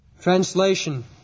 Translation